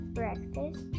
breakfast